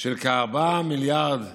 של כ-4 מיליארד ש"ח,